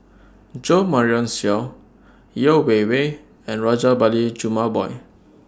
Jo Marion Seow Yeo Wei Wei and Rajabali Jumabhoy